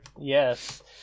Yes